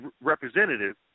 representative